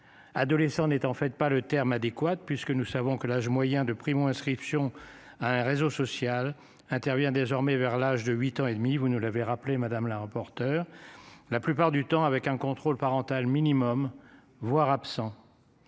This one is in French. adolescent n'est en fait pas le terme adéquate puisque nous savons que l'âge moyen de primo-. Inscription à un réseau social intervient désormais vers l'âge de 8 ans et demi, vous ne l'avez rappelé madame la rapporteure. La plupart du temps, avec un contrôle parental minimum voire absent.